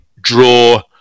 draw